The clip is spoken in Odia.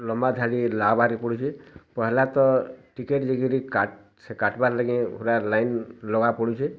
ଲମ୍ୱା ଧାଡ଼ି ଲା ବାହାରି ପଡ଼ୁଛି ପହେଲା ତ ଟିକେଟ୍ ଦେଇ କିରି କାଟ୍ ସେ କାଟିବାର୍ ଲାଗି ପୁରା ଲାଇନ୍ ଲଗା ପଡ଼ୁଛି